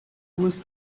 was